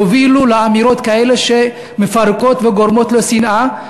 יובילו לאמירות כאלה שמפרקות וגורמות לשנאה.